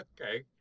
Okay